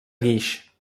guix